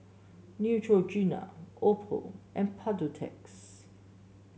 Neutrogena Oppo and